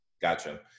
Gotcha